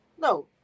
no